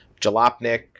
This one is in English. Jalopnik